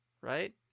right